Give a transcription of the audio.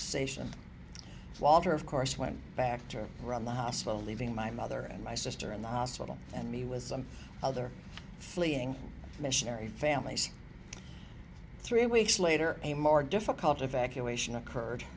sation walter of course went back to run the hospital leaving my mother and my sister in the hospital and me with some other fleeing missionary families three weeks later a more difficult evacuation occurred